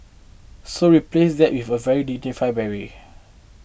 so we replaced that with a very dignified beret